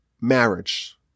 marriage